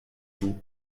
vous